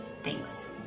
thanks